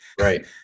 Right